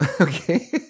Okay